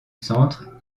centre